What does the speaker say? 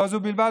לא זו בלבד,